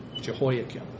Jehoiakim